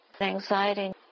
anxiety